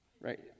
right